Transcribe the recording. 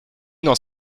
dans